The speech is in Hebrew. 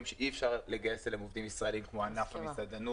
שאי אפשר לגייס אליו עובדים ישראלים כמו ענף המסעדנות,